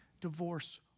divorce